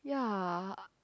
ya